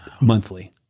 monthly